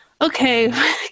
okay